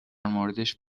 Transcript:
موردش